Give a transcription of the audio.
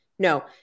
No